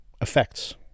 effects